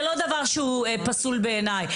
זה לא דבר שהוא פסול בעיניי.